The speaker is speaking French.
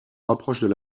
rapprochent